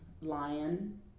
Lion